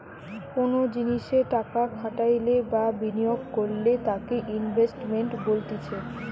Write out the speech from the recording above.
কোনো জিনিসে টাকা খাটাইলে বা বিনিয়োগ করলে তাকে ইনভেস্টমেন্ট বলতিছে